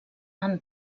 han